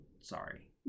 sorry